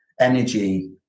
energy